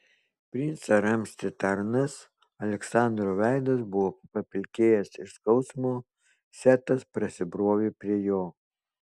princą ramstė tarnas aleksandro veidas buvo papilkėjęs iš skausmo setas prasibrovė prie jo